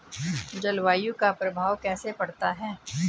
जलवायु का प्रभाव कैसे पड़ता है?